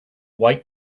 white